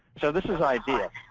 so this is ideal.